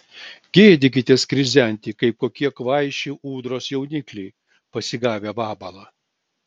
gėdykitės krizenti kaip kokie kvaiši ūdros jaunikliai pasigavę vabalą